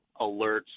alerts